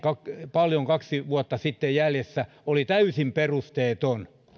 paljon kaksi vuotta sitten jäljessä oli täysin perusteeton